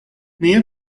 nia